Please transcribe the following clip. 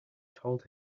told